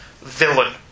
villain